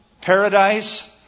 paradise